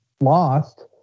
lost